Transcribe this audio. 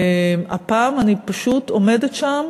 הפעם אני פשוט עומדת שם